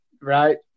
right